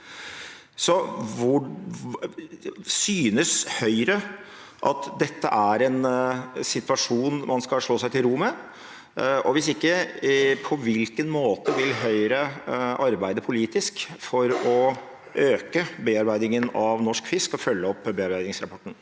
vare. Synes Høyre dette er en situasjon man skal slå seg til ro med? Hvis ikke: På hvilken måte vil Høyre arbeide politisk for å øke bearbeidingen av norsk fisk